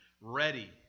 ready